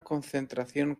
concentración